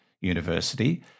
University